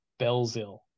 Belzil